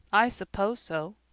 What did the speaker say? i suppose so,